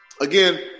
Again